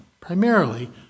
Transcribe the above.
primarily